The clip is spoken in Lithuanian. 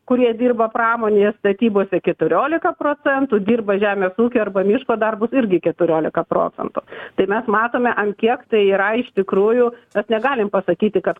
kurie dirba pramonėje statybose keturiolika procentų dirba žemės ūkio arba miško darbus irgi keturiolika procentų tai mes matome ant kiek tai yra iš tikrųjų mes negalim pasakyti kad